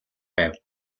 байв